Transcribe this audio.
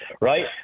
right